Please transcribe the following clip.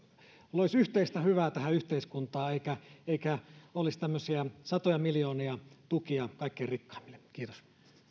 loisi yhteistä hyvää tähän yhteiskuntaan eikä olisi tämmöisiä satoja miljoonia tukia kaikkein rikkaimmille kiitos